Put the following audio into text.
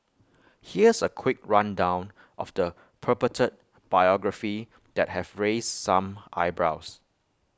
here's A quick rundown of the purported biography that have raised some eyebrows